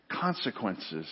consequences